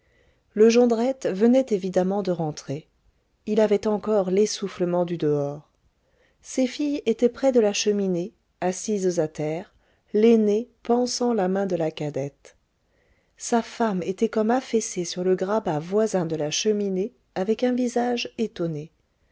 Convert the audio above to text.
le jondrette venait évidemment de rentrer il avait encore l'essoufflement du dehors ses filles étaient près de la cheminée assises à terre l'aînée pansant la main de la cadette sa femme était comme affaissée sur le grabat voisin de la cheminée avec un visage étonné